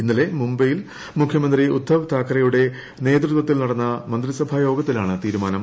ഈയലെ മുംബൈയിൽ മുഖ്യമന്ത്രി ഉദ്ധവ് താക്കറെയുടെ നേതൃത്വത്തീൽ നടന്ന മന്ത്രിസഭാ യോഗത്തിലാണ് തീരുമാനം